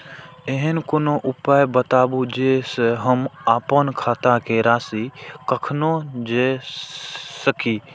ऐहन कोनो उपाय बताबु जै से हम आपन खाता के राशी कखनो जै सकी?